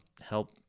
help